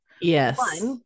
yes